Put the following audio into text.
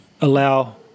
allow